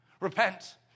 Repent